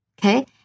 okay